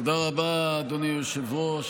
תודה רבה, אדוני היושב-ראש.